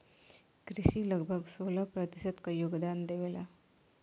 कृषि लगभग सोलह प्रतिशत क योगदान देवेला